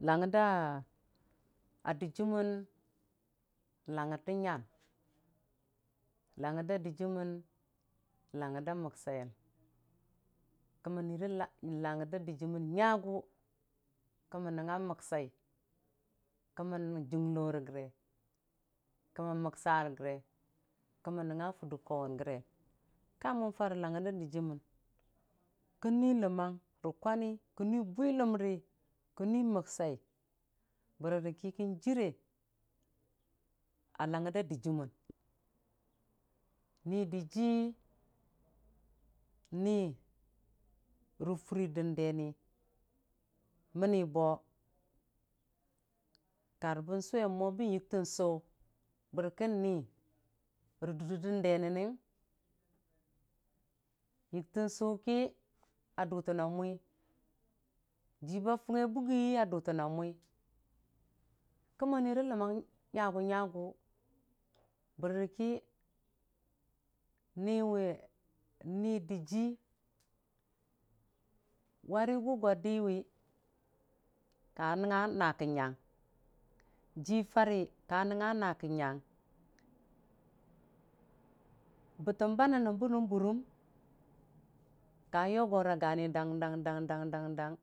Langngər daa a dɨjɨɨmən langngər də nyan langnər da dɨjɨɨm langngər da məksaiyən kəmmən nui lang gangər da dɨjɨɨmən nyagʊ kəmən nəngnga məksai, kəmmən junglore gəre kəmmən məksare gare kəmmon nəngnga furdə kwauwʊn gəre ka mən fare langnər da dɨjɨɨmən kən nui ləmmanf rə kwani kən nui bwiləmri kən nui məksai, bori rə kənjire a langngər daa dɨjɨɨmən niidɨjɨ nii furi dəndeni mənni bo kar bon suwe mo bon yingtən sʊ bərkənni rə dundə dəndeniying yingtən sʊki a dʊtənan mwi, jiba fungngi bukgi a dʊtən mwi kə mən nuiro ləmmang nyagu nyagʊ bərki niwe n'nidɨjɨɨ warə gu go dəwi ka nəngnga nakə nyang jirarə ka nongnfa nakə nyang bətəm ba nong nəm bənəm bʊwe rəni ka yogore a gani dang dang.